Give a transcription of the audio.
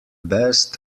best